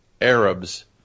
Arabs